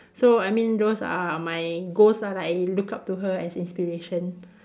so I mean those are my goals ah like I look up to her as inspiration